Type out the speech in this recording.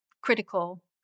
critical